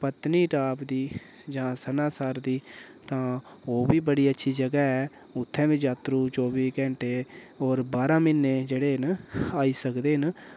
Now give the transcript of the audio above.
पत्नीटाप दी जां सनासर दी तां ओह् बी बड़ी अच्छी जगह एह् उत्थें बी जात्तरू चौबी घैंटे होर बारां म्हीने जेह्ड़े न आई सकदे न